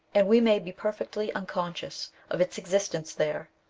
and we may be perfectly unconscious of its existence there.